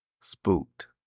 spooked